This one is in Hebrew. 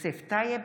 אורי מקלב,